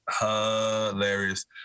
Hilarious